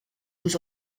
vous